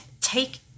take